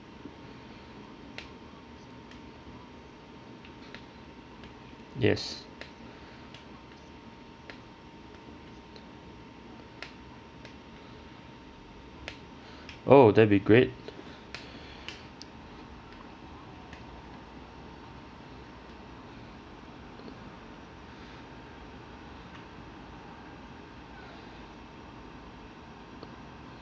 yes oh that'd be great